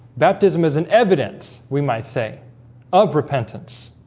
baptism is an evidence. we might say of repentance